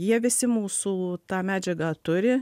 jie visi mūsų tą medžiagą turi